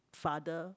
father